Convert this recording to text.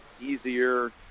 easier